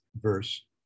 verse